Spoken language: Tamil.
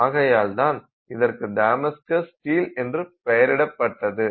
ஆகையால் தான் இதற்கு தமாஸ்கஸ் ஸ்டீல் என்று பெயரிடப்பட்டது